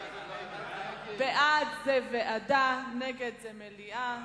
בעד זה ועדה, נגד זה מליאה.